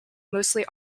mostly